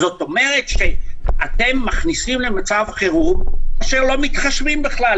זאת אומרת שאתם מכניסים למצב חירום ולא מתחשבים בכלל